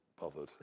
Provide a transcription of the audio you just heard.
bothered